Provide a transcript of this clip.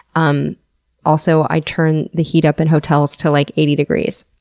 um also, i turn the heat up in hotels to, like, eighty degrees.